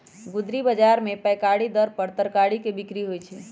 गुदरी बजार में पैकारी दर पर तरकारी के बिक्रि होइ छइ